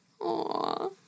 Aw